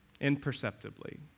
imperceptibly